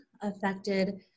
affected